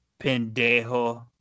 pendejo